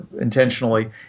intentionally